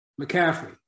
McCaffrey